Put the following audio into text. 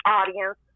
audience